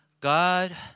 God